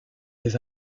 des